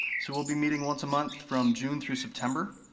so we'll be meeting once a month from june through september.